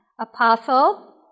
Apostle